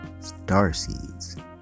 Starseeds